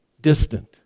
distant